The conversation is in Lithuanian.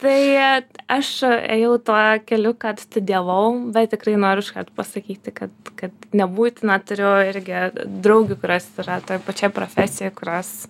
tai aš ėjau tuo keliu kad studijavau bet tikrai noriu iškart pasakyti kad kad nebūtina turiu irgi draugių kurios yra toj pačioj profesijoj kurios